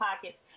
Pockets